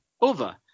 over